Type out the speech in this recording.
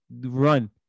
Run